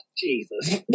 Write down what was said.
Jesus